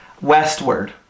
westward